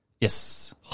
Yes